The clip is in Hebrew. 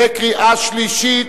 קריאה שלישית.